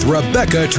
Rebecca